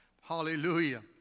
Hallelujah